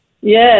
Yes